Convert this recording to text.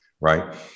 right